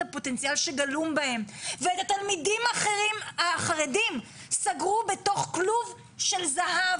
הפוטנציאל שגלום בהם ולתלמידים אחרים החרדים סגרו בתוך כלוב של זהב